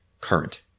current